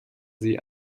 sie